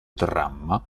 dramma